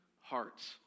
hearts